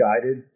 guided